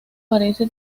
parece